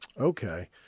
Okay